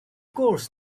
course